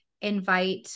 invite